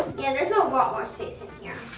yeah, there's a lot more space in here.